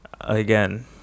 again